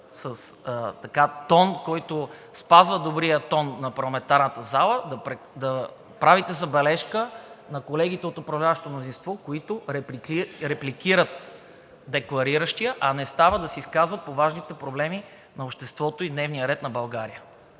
са с тон, който спазва добрия тон на парламентарната зала, да правите забележка на колегите от управляващото мнозинство, които репликират деклариращия, а не стават да се изказват по важните проблеми на обществото и дневния ред на България.